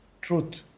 truth